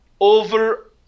over